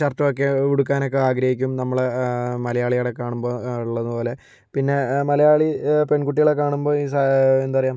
shirt ഒക്കെ ഉടുക്കാനൊക്കെ ആഗ്രഹിക്കും നമ്മളെ മലയാളികളെ കാണുമ്പോൾ ഉള്ളതുപോലെ പിന്നെ മലയാളി പെൺകുട്ടികളെ കാണുമ്പോൾ ഈ എന്താ പറയുക